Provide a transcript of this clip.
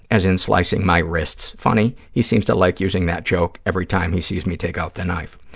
as in slicing my wrists. funny, he seems to like using that joke every time he sees me take out the knife.